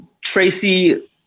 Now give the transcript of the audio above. Tracy